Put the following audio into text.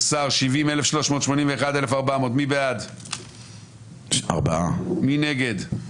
2 בעד, 9 נגד,